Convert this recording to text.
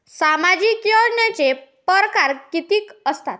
सामाजिक योजनेचे परकार कितीक असतात?